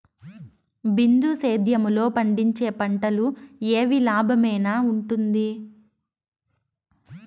బిందు సేద్యము లో పండించే పంటలు ఏవి లాభమేనా వుంటుంది?